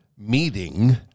meeting